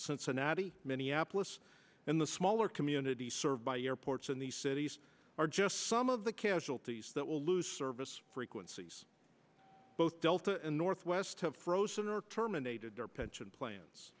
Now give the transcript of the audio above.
cincinnati minneapolis and the smaller communities served by airports in these cities are just some of the casualties that will lose service frequencies both delta and northwest have frozen or terminated their pension plans